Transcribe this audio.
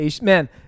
Man